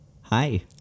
Hi